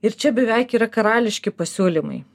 ir čia beveik yra karališki pasiūlymai